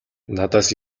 надаас